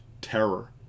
terror